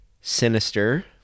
Sinister